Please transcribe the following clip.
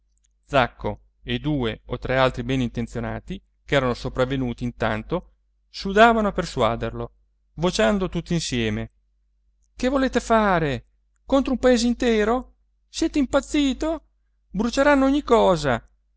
zacco e due o tre altri benintenzionati ch'erano sopravvenuti intanto sudavano a persuaderlo vociando tutti insieme che volete fare contro un paese intero siete impazzito bruceranno ogni cosa